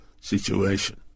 situation